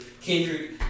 Kendrick